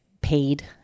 paid